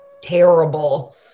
terrible